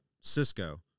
Cisco